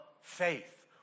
faith